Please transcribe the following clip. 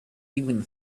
even